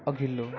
अघिल्लो